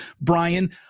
Brian